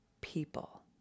People